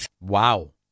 Wow